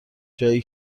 جایی